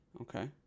Okay